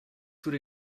would